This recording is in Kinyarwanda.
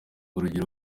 urugero